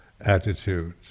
attitude